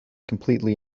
completely